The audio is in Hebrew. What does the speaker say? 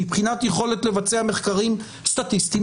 מבחינת היכולת לבצע מחקרים סטטיסטיים,